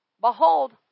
Behold